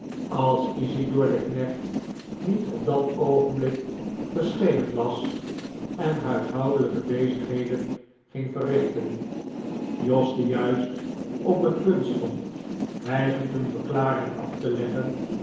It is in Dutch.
als isidor de knecht niet op dat oogenblik verschenen was en huishoudelijke bezigheden ging verrichten jos die juist op het punt stond hijgend een verklaring af te leggen